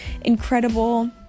incredible